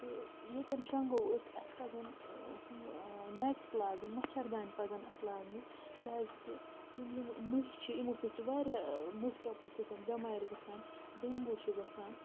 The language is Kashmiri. تہٕ ییٚتٮ۪ن شۄنٛگو أسۍ اَسہِ پَزَن ہُم نٮ۪ٹٕس لاگٕنۍ مَچھَردان پَزَن اَسہِ لاگنہِ کیٛازِکہِ یِم یِم مٔہۍ چھِ یِمو سۭتۍ چھِ واریاہ مٔہۍ ٹۄپو سۭتۍ بٮ۪مارِ گَژھان ڈینٛگوٗ چھِ گَژھان